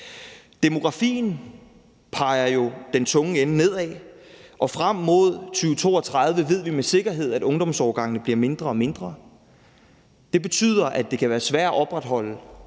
Demografien peger jo den tunge ende nedad. Og frem mod 2032 ved vi med sikkerhed at ungdomsårgangene bliver mindre og mindre. Det betyder, at det kan være svært at opretholde